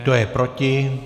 Kdo je proti?